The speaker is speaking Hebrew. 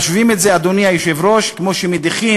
משווים את זה, אדוני היושב-ראש, להדחת